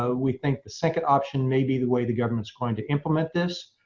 ah we think the second option may be the way the government is going to implement this.